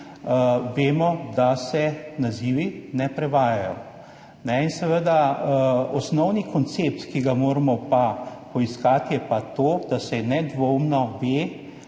Vemo, da se nazivi ne prevajajo. Osnovni koncept, ki ga moramo poiskati, je pa to, da se nedvoumno ve,